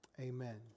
amen